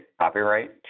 Copyright